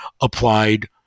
applied